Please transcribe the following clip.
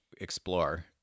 explore